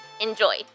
Enjoy